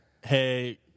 hey